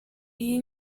iyi